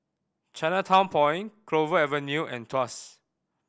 Chinatown Point Clover Avenue and Tuas